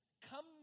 come